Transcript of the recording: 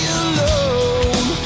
alone